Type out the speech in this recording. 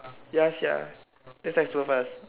ya sia that's why it's so fast